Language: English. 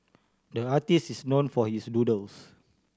the artist is known for his doodles